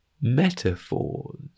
Metaphors